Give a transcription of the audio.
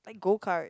like go kart